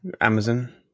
amazon